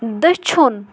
دٔچھُن